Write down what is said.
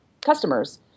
customers